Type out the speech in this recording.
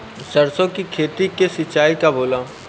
सरसों की खेती के सिंचाई कब होला?